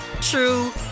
true